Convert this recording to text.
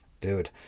dude